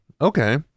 Okay